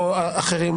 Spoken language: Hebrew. לא אחרים.